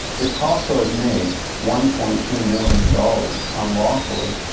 if costco has made one point two million dollars unlawfully,